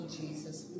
Jesus